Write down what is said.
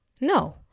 No